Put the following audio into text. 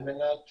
על מנת